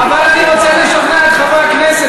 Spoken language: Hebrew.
אבל אני רוצה לשכנע את חברי הכנסת,